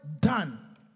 done